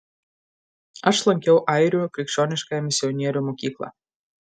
aš lankiau airių krikščioniškąją misionierių mokyklą